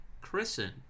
christened